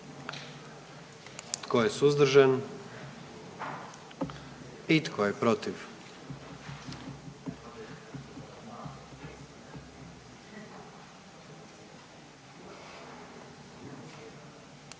Tko je suzdržan? I tko je protiv?